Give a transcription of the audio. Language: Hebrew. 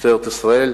משטרת ישראל,